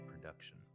production